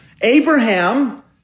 Abraham